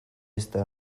esta